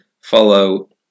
follow